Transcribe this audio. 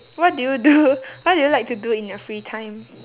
what do you do what do you like to do in your free time